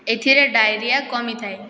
ଏଥିରେ ଡାଇରିଆ କମିଥାଏ